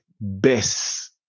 best